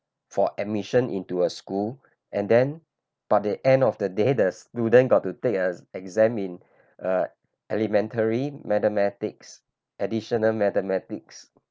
for admission into a school and then but the end of the day the student got to take a exam in a elementary mathematics additional mathematics